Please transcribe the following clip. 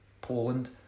Poland